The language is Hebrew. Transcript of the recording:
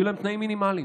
יהיו להם תנאים מינימליים.